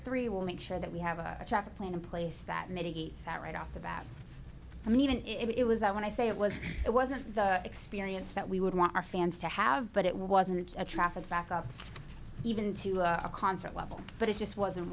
three will make sure that we have a traffic plan in place that mitigates that right off the bat i mean even if it was i want to say it was it wasn't the experience that we would want our fans to have but it wasn't a traffic back up even to a concert level but it just was